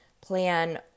plan